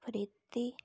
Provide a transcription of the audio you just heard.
Preeti